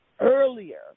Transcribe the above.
earlier